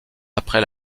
après